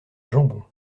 jambon